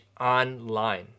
online